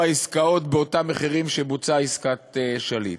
עסקאות באותם מחירים שבהם בוצעה עסקת שליט.